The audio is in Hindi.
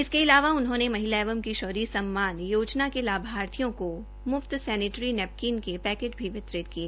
इसके अलावा उन्होंने महिला एवं किशोरी सम्मान योजना के लाभार्थियों को मुफ्त सैनिटरी नैपकिन के पैकेट भी वितरित किए